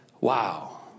Wow